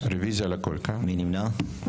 6. מי נמנע?